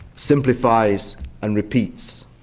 simplifies and repeats.